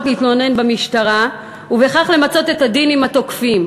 להתלונן במשטרה ובכך למצות את הדין עם התוקפים.